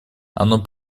оно